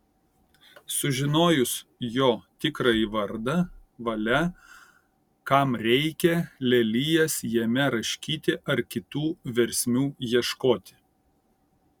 sužinojus jo tikrąjį vardą valia kam reikia lelijas jame raškyti ar kitų versmių ieškoti